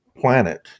planet